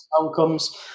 outcomes